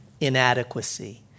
inadequacy